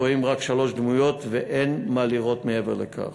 רואים רק שלוש דמויות ואין מה לראות מעבר לכך.